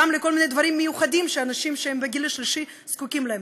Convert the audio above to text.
גם לכל מיני דברים מיוחדים שאנשים שהם בגיל השלישי זקוקים להם,